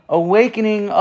awakening